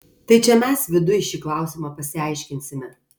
tai čia mes viduj šį klausimą pasiaiškinsime